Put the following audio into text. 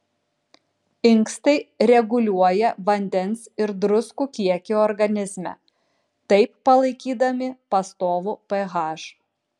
inkstai reguliuoja vandens ir druskų kiekį organizme taip palaikydami pastovų ph